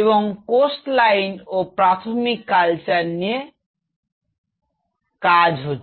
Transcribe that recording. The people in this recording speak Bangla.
এবং কোষলাইন ও প্রাথমিক কালচার নিয়ে কাজ হচ্ছে